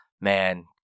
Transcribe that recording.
man